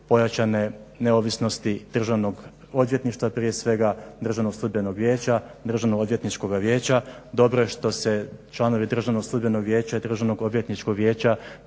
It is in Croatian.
pojačane neovisnosti Državnog odvjetništva, prije svega Državnog sudbenog vijeća, Državnog odvjetničkoga vijeća. Dobro je što se članovi Državnog sudbenog vijeća i Državnog odvjetničkog vijeća